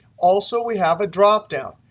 also, we have a dropdown.